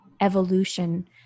evolution